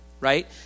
right